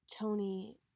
Tony